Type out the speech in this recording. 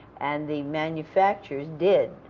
and the manufacturers did.